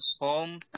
home